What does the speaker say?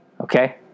Okay